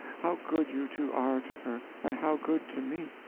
how good you two are to her, and how good to me!